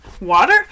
water